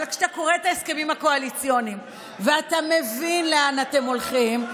אבל כשאתה קורא את ההסכמים הקואליציוניים ואתה מבין לאן אתם הולכים,